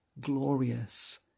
glorious